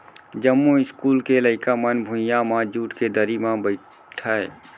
जमो इस्कूल के लइका मन भुइयां म जूट के दरी म बइठय